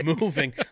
moving